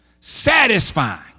satisfying